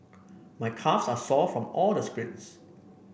my calves are sore from all the sprints